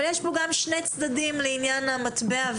אבל יש פה שני צדדים לעניין המטבע,